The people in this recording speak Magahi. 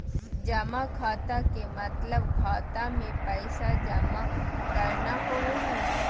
जमा खाता के मतलब खाता मे पैसा जमा करना होवो हय